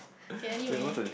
okay anyway